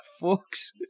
folks